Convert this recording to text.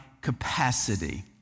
capacity